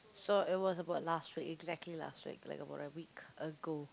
so it was about last week exactly last week like about a week ago